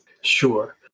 Sure